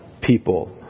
people